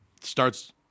starts